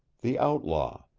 the outlaw,